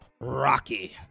Rocky